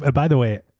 ah by the way,